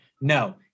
No